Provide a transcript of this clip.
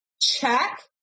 Check